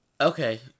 Okay